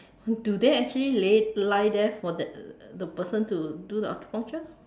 do they actually lay lie there for the the person to do the acupuncture